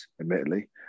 admittedly